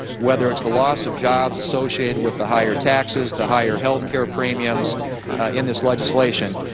whether it's the loss of jobs associated with the higher taxes, the higher health care premiums in this legislation,